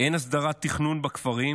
אין הסדרת תכנון בכפרים.